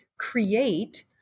create